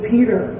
Peter